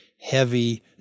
heavy